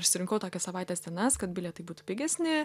išsirinkau tokias savaitės dienas kad bilietai būtų pigesni